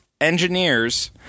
engineers